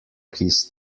his